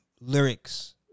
lyrics